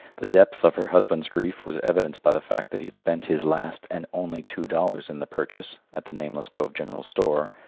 the depth of her husband's grief was evidenced by the fact that he had spent his last and only two dollars in the purchase, at the nameless cove general store,